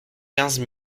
quinze